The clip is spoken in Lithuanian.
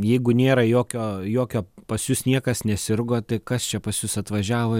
jeigu nėra jokio jokio pas jus niekas nesirgo tai kas čia pas jus atvažiavo